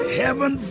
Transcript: heaven